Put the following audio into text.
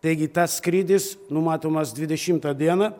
taigi tas skrydis numatomas dvidešimtą dieną